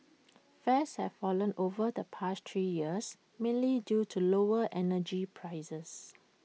fares have fallen over the past three years mainly due to lower energy prices